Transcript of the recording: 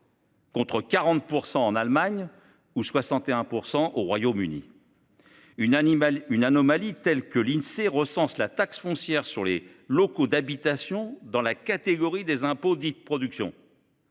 contre 40 % en Allemagne ou 61 % au Royaume-Uni ? L’anomalie est telle que l’Insee recense la taxe foncière sur les locaux d’habitation dans la catégorie des « impôts de production ».